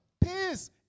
Peace